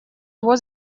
его